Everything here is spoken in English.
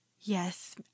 Yes